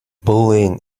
bullying